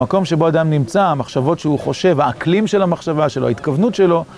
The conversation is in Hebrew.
מקום שבו אדם נמצא, המחשבות שהוא חושב, האקלים של המחשבה שלו, ההתכוונות שלו.